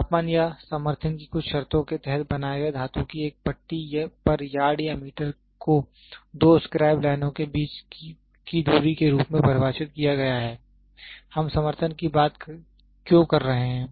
तापमान या समर्थन की कुछ शर्तों के तहत बनाए गए धातु की एक पट्टी पर यार्ड या मीटर को दो स्क्राइब लाइनों के बीच की दूरी के रूप में परिभाषित किया गया है हम समर्थन की बात क्यों कर रहे हैं